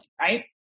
right